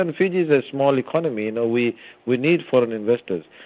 and fiji's a small economy, you know we we need foreign investors.